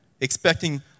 Expecting